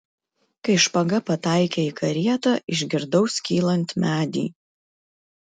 kai špaga pataikė į karietą išgirdau skylant medį